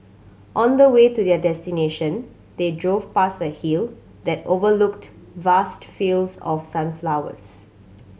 on the way to their destination they drove past a hill that overlooked vast fields of sunflowers